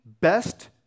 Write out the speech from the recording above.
best